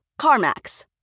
CarMax